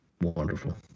wonderful